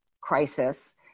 crisis